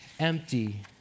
empty